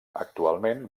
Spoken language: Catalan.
actualment